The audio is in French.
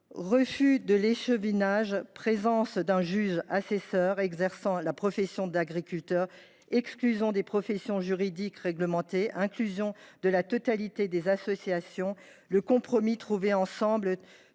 Refus de l’échevinage, présence d’un juge assesseur exerçant la profession d’agriculteur, exclusion des professions juridiques réglementées, inclusion de la totalité des associations : le compromis qui a été trouvé semble